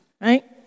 Right